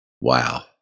Wow